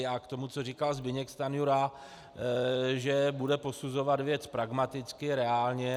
A k tomu, co říkal Zbyněk Stanjura, že bude posuzovat věc pragmaticky, reálně.